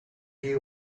you